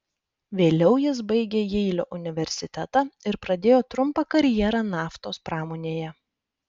vėliau jis baigė jeilio universitetą ir pradėjo trumpą karjerą naftos pramonėje